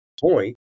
point